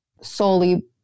solely